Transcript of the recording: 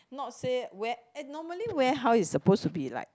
not say where eh normally warehouse is supposed to be like